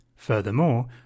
Furthermore